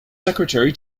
secretary